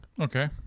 okay